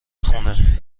خونه